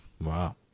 Wow